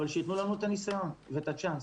אבל שיתנו לנו את הניסיון ואת הצ'אנס.